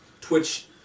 Twitch